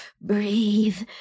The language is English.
breathe